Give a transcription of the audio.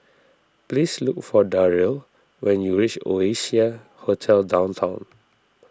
please look for Darryle when you reach Oasia Hotel Downtown